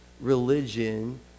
religion